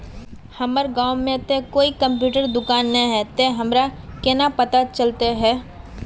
हमर गाँव में ते कोई कंप्यूटर दुकान ने है ते हमरा केना पता चलते है?